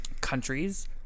countries